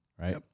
right